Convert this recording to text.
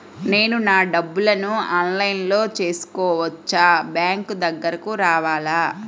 నేను నా డబ్బులను ఆన్లైన్లో చేసుకోవచ్చా? బ్యాంక్ దగ్గరకు రావాలా?